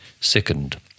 Second